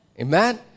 Amen